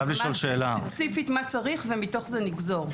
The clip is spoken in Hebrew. ספציפית מה צריך, ומתוך זה נגזור.